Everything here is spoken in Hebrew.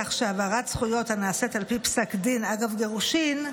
כך שהעברת זכויות הנעשית על פי פסק דין אגב גירושין,